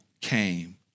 came